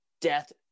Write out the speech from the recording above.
death